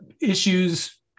issues